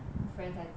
friends I think